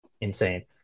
insane